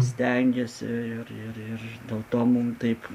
stengiasi ir ir dėl to mum taip